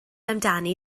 amdani